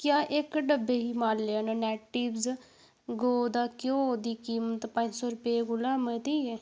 क्या इक डब्बी हिमालयन नेटिव गौऽ दा घ्योऽ दी कीमत पंज सौ रपेऽ कोला मती ऐ